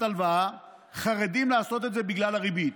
הלוואה חרדים לעשות את זה בגלל הריבית.